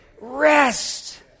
Rest